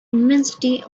immensity